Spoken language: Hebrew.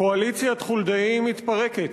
קואליציית חולדאי מתפרקת.